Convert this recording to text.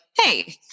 hey